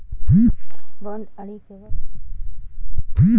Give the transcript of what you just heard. बोंड अळी केव्हा पडू शकते?